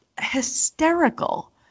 hysterical